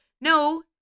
no